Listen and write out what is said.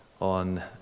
on